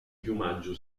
piumaggio